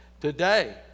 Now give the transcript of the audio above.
Today